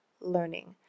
learning